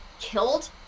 killed